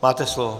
Máte slovo.